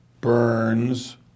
Burns